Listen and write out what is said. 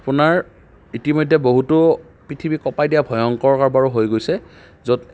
আপোনাৰ ইতিমধ্যে বহুতো পৃথিৱী কপাই দিয়া ভয়ংকৰ কাৰবাৰো হৈ গৈছে য'ত